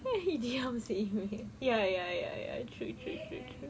why you diam seh ya ya ya ya true true true true